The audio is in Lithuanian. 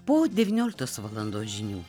po devynioliktos valandos žinių